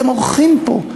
אתם אורחים פה.